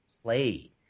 play